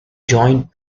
joint